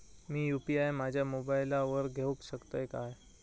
मी UPI माझ्या मोबाईलावर घेवक शकतय काय?